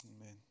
amen